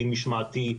דין משמעתי,